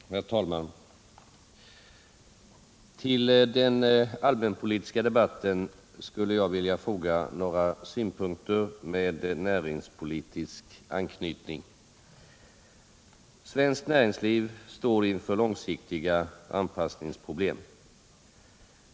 Herr talman! Till den allmänpolitiska debatten skulle jag vilja foga några synpunkter med näringspolitisk anknytning. Svenskt näringsliv står inför långsiktiga anpassningsproblem.